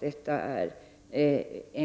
Detta är